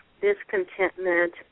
discontentment